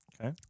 Okay